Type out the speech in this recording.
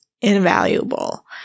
invaluable